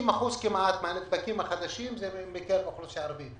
כשאומרים שכמעט 50% מהנדבקים החדשים הם מקרב האוכלוסייה הערבית.